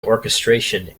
orchestration